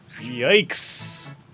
Yikes